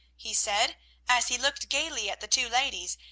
he said as he looked gayly at the two ladies,